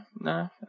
No